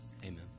Amen